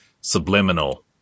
subliminal